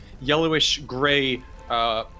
yellowish-gray